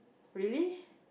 really